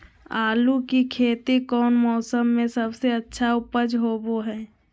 आलू की खेती कौन मौसम में सबसे अच्छा उपज होबो हय?